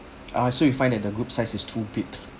ah so you find that the group size is too big